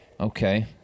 Okay